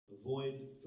Avoid